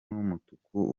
umutuku